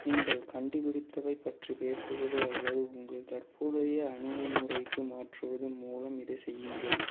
நீங்கள் கண்டுபிடித்தவை பற்றிப் பேசுவது அல்லது உங்கள் தற்போதைய அணுகுமுறைக்கு மாற்றுவது மூலம் இதைச் செய்யுங்கள்